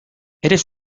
eres